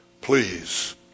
Please